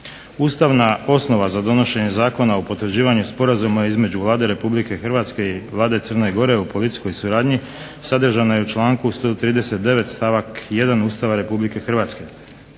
Ustavna osnova za donošenje Zakona o potvrđivanju Sporazuma između Vlade Republike Hrvatske i Vlade Crne Gore o policijskoj suradnji sadržana je u članku 139. stavak 1. Ustava Republike Hrvatske.